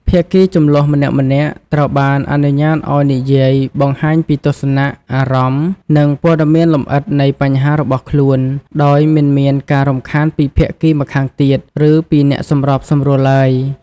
ភាគីជម្លោះម្នាក់ៗត្រូវបានអនុញ្ញាតឲ្យនិយាយបង្ហាញពីទស្សនៈ អារម្មណ៍ និងព័ត៌មានលម្អិតនៃបញ្ហារបស់ខ្លួន ដោយមិនមានការរំខានពីភាគីម្ខាងទៀត ឬពីអ្នកសម្របសម្រួលឡើយ។